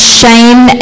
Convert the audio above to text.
shame